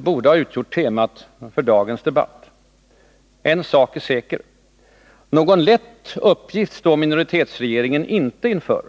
borde ha utgjort temat för dagens debatt. En sak är säker: Någon lätt uppgift står minoritetsregeringen inte inför.